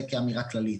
זה כאמירה כללית.